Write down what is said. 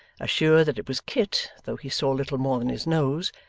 assured that it was kit, though he saw little more than his nose,